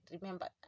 remember